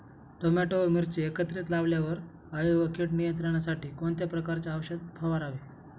Tomato व मिरची एकत्रित लावल्यावर अळी व कीड नियंत्रणासाठी कोणत्या प्रकारचे औषध फवारावे?